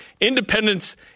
Independence